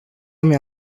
mea